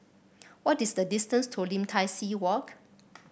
what is the distance to Lim Tai See Walk